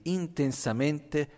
intensamente